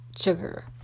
sugar